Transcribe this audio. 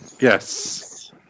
Yes